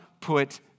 put